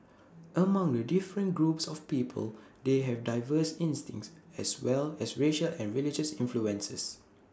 among the different groups of people they have diverse instincts as well as racial and religious influences